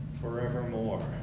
forevermore